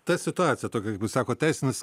ta situacija tokia kaip jūs sakot teisinis